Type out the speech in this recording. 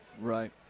Right